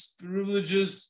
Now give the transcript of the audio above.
privileges